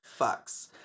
fucks